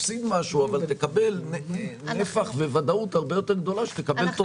תפסיד משהו אבל בוודאות הרבה יותר גדול התקבל תוצאה.